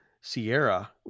Sierra